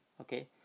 Okay